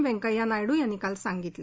व्यंकय्या नायडू यांनी काल सांगितलं